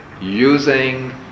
using